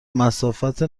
مسافت